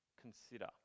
consider